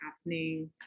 happening